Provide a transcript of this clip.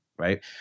Right